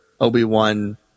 Obi-Wan